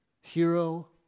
hero